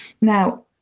Now